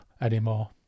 anymore